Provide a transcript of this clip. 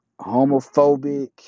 homophobic